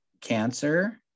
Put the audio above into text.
cancer